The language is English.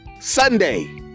Sunday